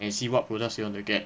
and see what products you want to get